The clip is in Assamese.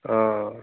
অ